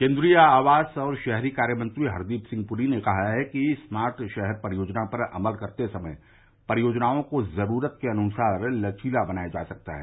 केन्द्रीय आवास और शहरी कार्य मंत्री हरदीप सिंह पूरी ने कहा है कि स्मार्ट शहर परियोजना पर अमल करते समय परियोजनाओं को जरूरत के अनुसार लचीला बनाया जा सकता है